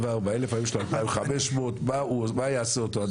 24,000, היום יש לו 2,500. מה יעשה אותו אדם?